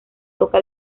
toca